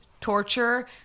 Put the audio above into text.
torture